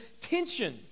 tension